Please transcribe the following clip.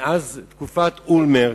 מאז תקופת אולמרט.